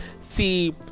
See